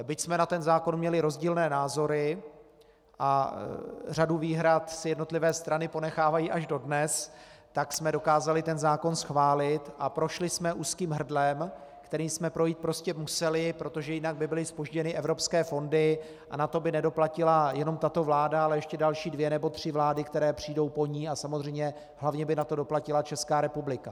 Byť jsme na ten zákon měli rozdílné názory a řadu výhrad si jednotlivé strany ponechávají až dodnes, tak jsme dokázali ten zákon schválit a prošli jsme úzkým hrdlem, kterým jsme projít prostě museli, protože jinak by byly zpožděny evropské fondy a na to by nedoplatila jenom tato vláda, ale ještě další dvě nebo tři vlády, které přijdou po ní, a samozřejmě hlavně by na to doplatila Česká republika.